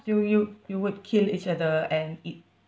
you you you would kill each other and eat